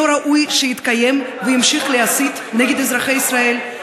לא ראוי שיתקיים וימשיך להסית נגד אזרחי ישראל,